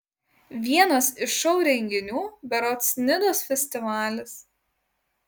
vienas iš šou renginių berods nidos festivalis